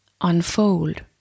unfold